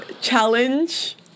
challenge